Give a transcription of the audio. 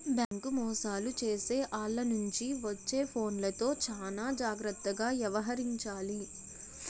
bank మోసాలు చేసే ఆల్ల నుంచి వచ్చే ఫోన్లతో చానా జాగర్తగా యవహరించాలి